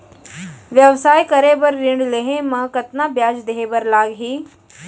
व्यवसाय करे बर ऋण लेहे म कतना ब्याज देहे बर लागही?